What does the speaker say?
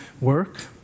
work